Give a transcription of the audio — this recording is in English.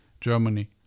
Germany